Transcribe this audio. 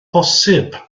posib